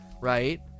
right